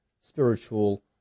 spiritual